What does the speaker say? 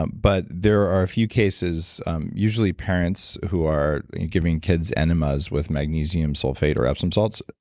um but there are a few cases um usually parents who are giving kids enemas with magnesium sulfate or epsom salts,